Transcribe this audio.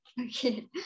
Okay